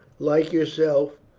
like yourself,